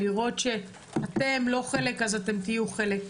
ואם אתם לא חלק אתם תהיו חלק,